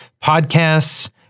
Podcasts